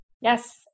Yes